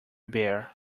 bear